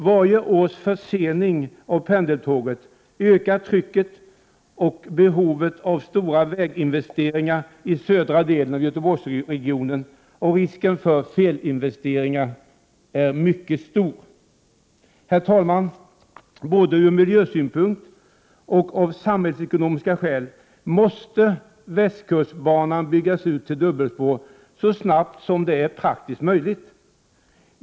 Varje års försening av pendeltåget ökar trycket och behovet av stora väginvesteringar i södra delen av Göteborgsregionen, och risken för felinvesteringar är mycket stor. Herr talman! Både ur miljösynpunkt och av samhällsekonomiska skäl måste västkustbanan byggas ut till dubbelspår så snabbt som det är praktiskt möjligt.